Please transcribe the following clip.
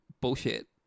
bullshit